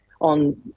on